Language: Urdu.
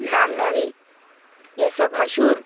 رام نومی یہ سب مشہور